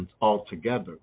altogether